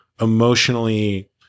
emotionally